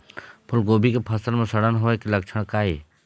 फूलगोभी के फसल म सड़न होय के लक्षण का ये?